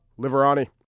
Liverani